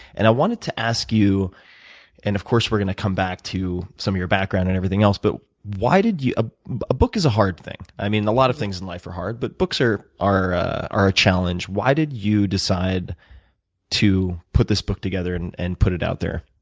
and i wanted to ask you and, of course, we're gonna come back to some of your background and everything else but why did you a a book is a hard thing. i mean, a lot of things in life are hard, but books are are a challenge. why did you decide to put this book together and and put it out there?